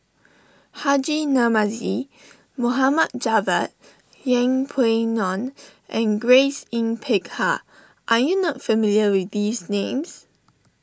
Haji Namazie Mohamad Javad Yeng Pway Ngon and Grace Yin Peck Ha are you not familiar with these names